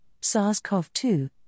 sars-cov-2